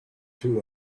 two